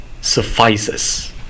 suffices